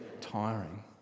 tiring